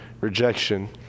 rejection